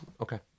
Okay